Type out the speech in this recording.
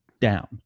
down